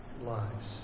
lives